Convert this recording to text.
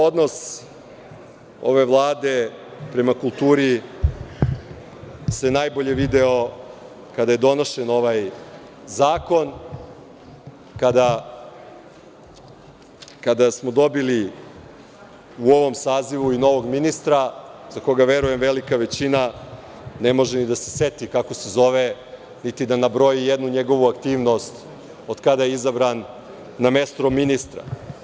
Odnos ove Vlade prema kulturi se najbolje video kada je donošen ovaj zakon, kada smo dobili u ovom sazivu i novog ministra, za koga verujem velika većina ne može ni da se seti kako se zove, niti da nabroji jednu njegovu aktivnost od kada je izabran na mesto ministra.